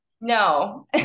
No